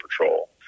Patrol